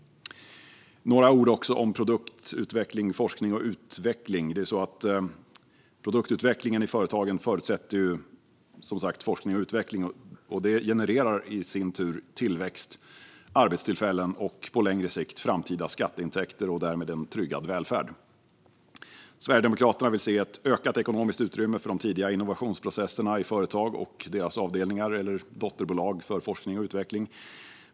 Jag ska säga några ord även om produktutveckling. Produktutvecklingen i företagen förutsätter forskning och utveckling, vilket i sin tur genererar tillväxt, arbetstillfällen och på längre sikt skatteintäkter och därmed en tryggad välfärd. Sverigedemokraterna vill se ett ökat ekonomiskt utrymme för de tidiga innovationsprocesserna i företag och deras avdelningar eller dotterbolag för forskning och utveckling.